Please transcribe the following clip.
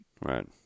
Right